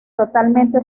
totalmente